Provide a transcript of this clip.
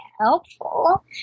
helpful